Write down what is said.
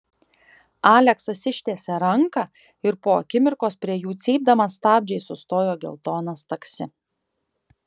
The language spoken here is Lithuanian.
aleksas ištiesė ranką ir po akimirkos prie jų cypdamas stabdžiais sustojo geltonas taksi